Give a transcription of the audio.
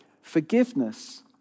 Forgiveness